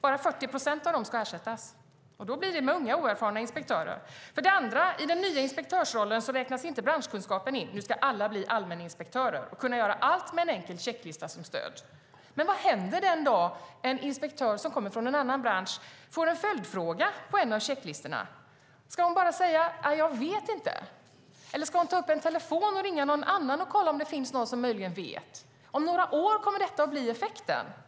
Endast 40 procent av dem ska ersättas. Det blir då med unga, oerfarna inspektörer. För det andra: I den nya inspektörsrollen räknas inte branschkunskapen in. Nu ska alla bli allmäninspektörer och kunna göra allt med en enkel checklista som stöd. Men vad händer den dag en inspektör som kommer från en annan bransch får en följdfråga på en av checklistorna? Ska hon bara säga att hon inte vet? Eller ska hon ta upp telefonen och ringa och kolla om det finns någon annan som möjligen vet? Detta kommer att bli effekten om några år.